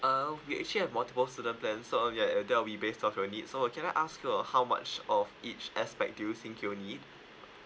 uh we actually have multiple student's plans so uh ya uh there'll be based on your need so can I ask you uh how much of each aspect do you think you need